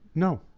no.